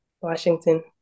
Washington